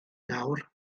nawr